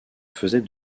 faisait